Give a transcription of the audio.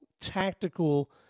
tactical